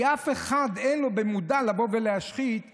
כי לאף אחד אין, במודע לבוא ולהשחית דברים.